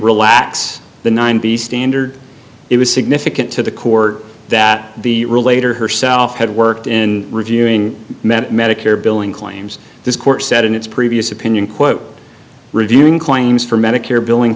relax the ninety's standard it was significant to the court that the relator herself had worked in reviewing medicare billing claims this court said in its previous opinion quote reviewing claims for medicare billing